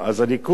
אז אני אומר לך,